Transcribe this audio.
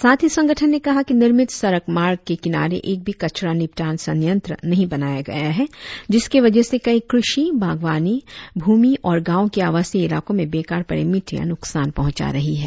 साथ ही संगठन ने कहा की निर्मित सड़क मार्ग के किनारे एक भी कचरा निपटान संयंत्र नहीं बनाया गया है जिसके वजह से कई कृषि बागवानी भूमि और गांव के आवासीय इलाकों में बेकार पड़े मिट्टिया नुकसान पहुंचा रही है